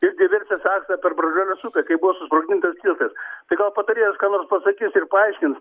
ir diversijos aktą per bražuolės upę kai buvo susprogdintas tiltas tai gal patarėjas ką nors pasakys ir paaiškins